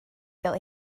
gael